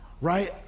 Right